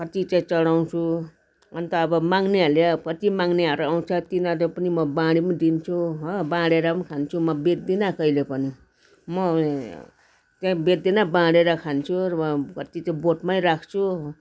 कति चाहिँ चढाउँछु अन्त अब माग्नेहरूले कति माग्नेहरू आउँछ तिनीहरूलाई पनि म बाँडी पनि दिन्छु हो बाँडेर पनि खान्छु म बेच्दिनँ कहिले पनि म त्यहाँ बेच्दिनँ बाँडेर खान्छु र कति त बोटमै राख्छु